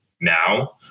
now